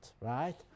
right